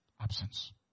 absence